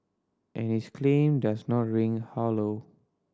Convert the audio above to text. and his claim does not ring hollow